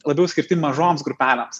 labiau skirti mažoms grupelėms